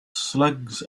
slugs